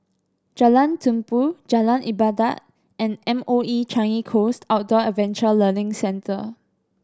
Jalan Tumpu Jalan Ibadat and M O E Changi Coast Outdoor Adventure Learning Centre